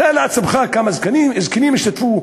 תאר לעצמך כמה זקנים השתתפו,